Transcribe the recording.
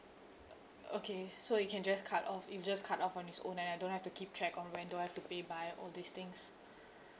okay so it can just cut off it'll just cut off on its own and I don't have to keep track on when do I have to pay by all these things